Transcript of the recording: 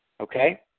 okay